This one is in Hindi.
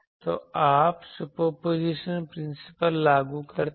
तो आप सुपरपोजिशन सिद्धांत लागू करते हैं